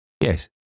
yes